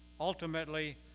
ultimately